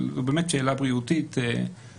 אבל זו באמת שאלה בריאותית מבחינתנו,